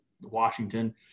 Washington